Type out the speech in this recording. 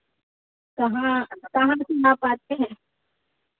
कहाँ कहाँ से आप आते हैं